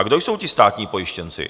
Kdo jsou ti státní pojištěnci?